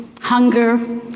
hunger